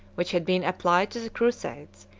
which had been applied to the crusades,